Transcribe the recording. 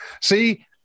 See